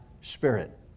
spirit